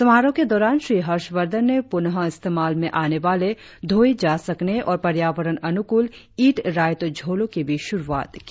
समारोह के दौरान श्री हर्षवर्धन ने प्रनःइस्तेमाल में आने वाले धोए जा सकने और पर्यावरण अनुकूल ईट राइट झोलों की भी शुरुआत की